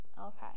Okay